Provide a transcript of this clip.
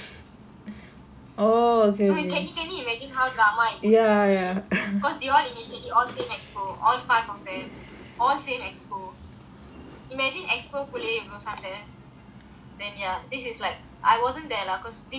so can you can you imagine how drama it would be because they all initially all same executive committee all five of them all same executive committee imagine executive committee உள்ள என்னமோ சண்டை:ulla ennamo sandai then ya this is I wasn't there lah because this is what my seniors told me